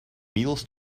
meals